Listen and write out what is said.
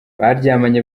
baryamanye